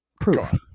proof